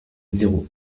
zéro